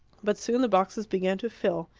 but soon the boxes began to fill,